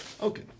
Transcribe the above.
Okay